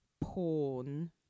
porn